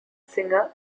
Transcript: singer